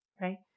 Right